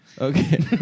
Okay